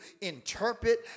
interpret